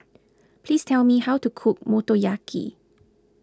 please tell me how to cook Motoyaki